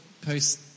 post